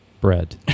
bread